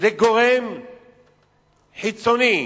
לגורם חיצוני,